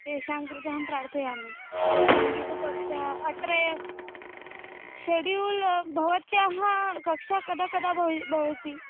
तेषां कृते अहं प्रार्थयामि तत्सङ्गीतकक्षा अत्र शेड्यूल् भवत्याः कक्षा कदा कदा भव् भवति